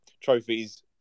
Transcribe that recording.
trophies